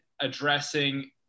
addressing